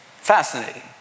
Fascinating